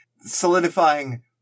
solidifying